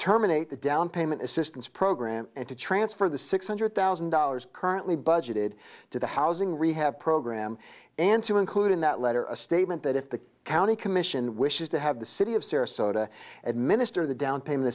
terminate the downpayment assistance program and to transfer the six hundred thousand dollars currently budgeted to the housing rehab program and to include in that letter a statement that if the county commission wishes to have the city of sarasota administer the downpayment